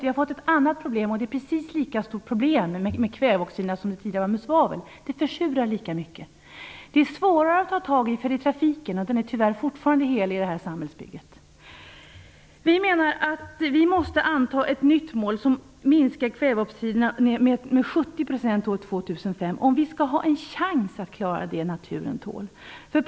Vi har fått ett annat problem, och problemet med kväveoxiderna är precis lika stort som det problem vi tidigare hade med svavlet. Det försurar lika mycket. Det här problemet är svårare att ta tag i, för det rör trafiken, och den är tyvärr fortfarande helig i det här samhällsbygget. Vi menar att vi måste anta ett nytt mål. Vi måste minska kväveoxiderna med 70 % till år 2005 om vi skall ha en chans att klara det naturen tål.